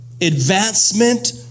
Advancement